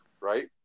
right